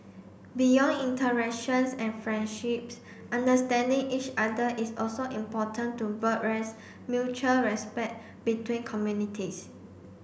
beyond interactions and friendships understanding each other is also important to mutual respect between communities